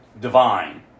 divine